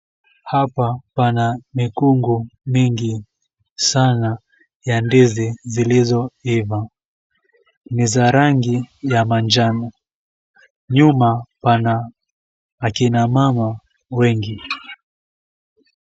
Hapa pana mikungu mingi sana ya ndizi zilizoiva, ni za rangi ya manjano. Nyuma pana akina mama wengi.